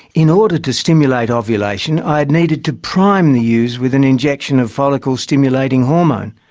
in order to stimulate ovulation i had needed to prime the ewes with an injection of follicle stimulating hormone.